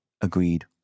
agreed